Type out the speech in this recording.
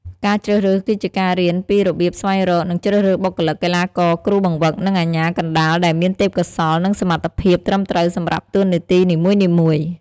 ការជ្រើសរើសគឺជាការរៀនពីរបៀបស្វែងរក និងជ្រើសរើសបុគ្គលិក កីឡាករ គ្រូបង្វឹក និងអាជ្ញាកណ្តាលដែលមានទេពកោសល្យ និងសមត្ថភាពត្រឹមត្រូវសម្រាប់តួនាទីនីមួយៗ។